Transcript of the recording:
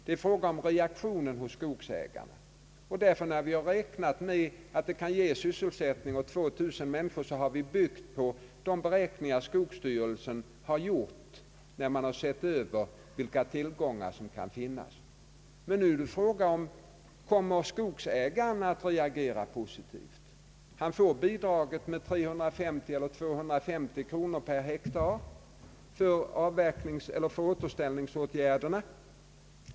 Det är fråga om reaktio nen hos skogsägarna, och jag vill därför gärna säga till dem att vår beräkning att kunna ge sysselsättning åt 2000 människor bygger på de beräkningar skogsstyrelsen gjort vid sin översyn av de tillgångar som finns. Nu är frågan: Kommer skogsägaren att reagera positivt? Han får ett bidrag på 3950 eller 250 kronor per hektar för återställningsåtgärder.